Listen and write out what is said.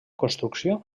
construcció